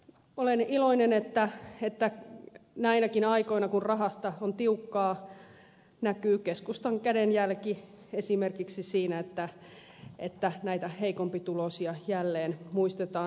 olen iloinen että näinäkin aikoina kun rahasta on tiukkaa näkyy keskustan kädenjälki esimerkiksi siinä että heikompituloisia jälleen muistetaan